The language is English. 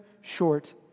short